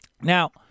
now